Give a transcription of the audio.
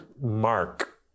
mark